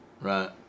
right